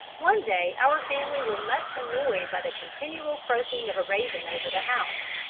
one day our family were much annoyed by the continual croaking of a raven over the house.